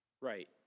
Right